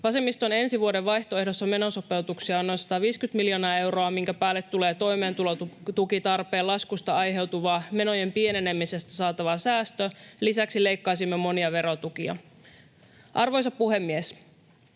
Vasemmiston ensi vuoden vaihtoehdossa menosopeutuksia on noin 150 miljoonaa euroa, minkä päälle tulee toimeentulotukitarpeen laskusta aiheutuva menojen pienenemisestä saatava säästö. Lisäksi leikkaisimme monia verotukia. Arvoisa puhemies!